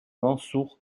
mansour